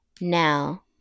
Now